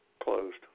closed